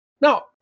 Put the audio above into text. Now